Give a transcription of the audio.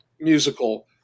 musical